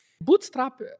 Bootstrap